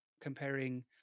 comparing